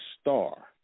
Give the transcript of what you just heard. star